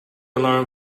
alarm